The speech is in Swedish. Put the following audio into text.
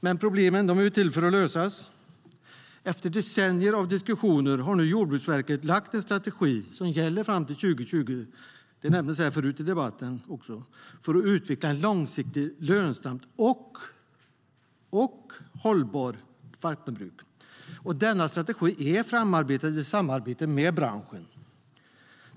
Men problem är till för att lösas. Efter decennier av diskussioner har nu Jordbruksverket lagt fram en strategi som gäller fram till 2020 för att utveckla ett långsiktigt lönsamt och hållbart vattenbruk. Denna strategi är framarbetad i samarbete med branschen.